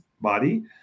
body